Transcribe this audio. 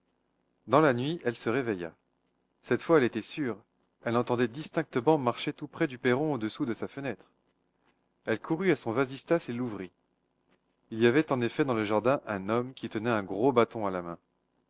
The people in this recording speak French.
dans la nuit elle se réveilla cette fois elle était sûre elle entendait distinctement marcher tout près du perron au-dessous de sa fenêtre elle courut à son vasistas et l'ouvrit il y avait en effet dans le jardin un homme qui tenait un gros bâton à la main